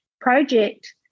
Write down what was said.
project